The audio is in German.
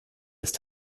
ist